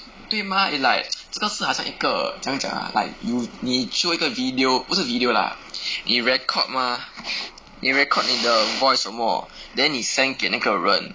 con~ 对 mah it like 这个是好像是一个怎样讲 ah like you 你做一个 video 不是 video lah 你 record mah 你 record 你的 voice 什么 then 你 send 给那个人